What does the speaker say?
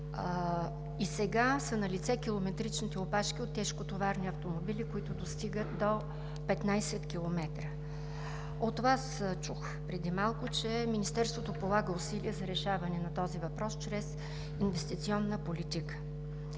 И сега са налице километричните опашки от тежкотоварни автомобили, които достигат до 15 км. От Вас чух преди малко, че Министерството полага усилия за решаване на този въпрос чрез инвестиционна политика,